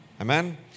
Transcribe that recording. Amen